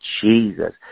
Jesus